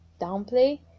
downplay